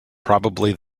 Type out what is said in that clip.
probably